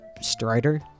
strider